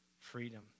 freedom